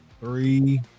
three